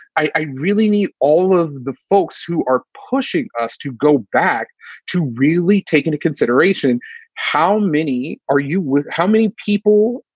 i really need all of the folks who are pushing us to go back to really take into consideration how many are you how many people,